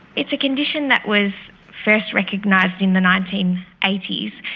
it's a condition that was first recognised in the nineteen eighty s.